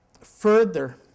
further